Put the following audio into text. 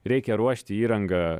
reikia ruošti įrangą